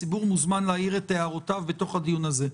הציבור מוזמן להעיר את הערותיו בתוך הדיון הזה.